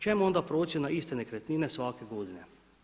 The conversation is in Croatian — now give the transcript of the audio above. Čemu onda procjena iste nekretnine svake godine?